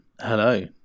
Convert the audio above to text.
hello